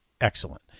excellent